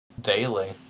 daily